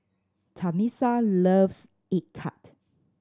Tamisha loves egg tart